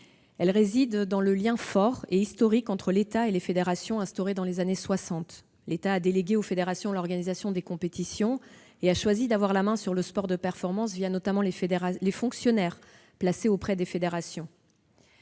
qui réside dans le lien fort et historique entre l'État et les fédérations instauré dans les années soixante. L'État a délégué aux fédérations l'organisation des compétitions et a choisi d'avoir la main sur le sport de performance, notamment les fonctionnaires placés auprès des fédérations.